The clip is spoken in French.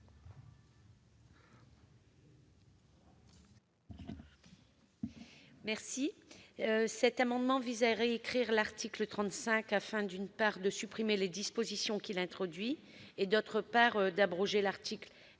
Cet amendement vise à réécrire l'article 35, afin, d'une part, de supprimer les dispositions qu'il introduit, et, d'autre part, d'abroger l'article L.